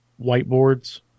whiteboards